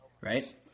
right